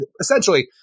essentially